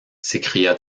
s’écria